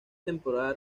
temporada